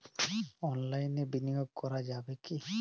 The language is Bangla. অনলাইনে বিনিয়োগ করা যাবে কি?